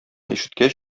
ишеткәч